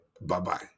Bye-bye